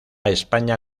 españa